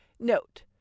Note